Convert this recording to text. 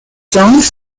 zoned